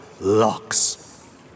locks